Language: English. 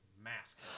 mask